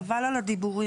חבל על הדיבורים.